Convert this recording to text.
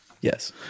Yes